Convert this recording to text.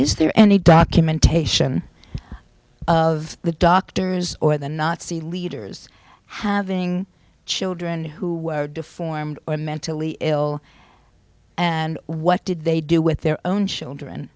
is there any documentation of the doctors or the nazi leaders having children who were deformed and mentally ill and what did they do with their own children